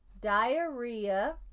diarrhea